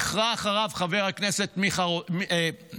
והחרה-החזיק אחריו חבר הכנסת רוטמן.